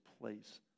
place